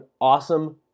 awesome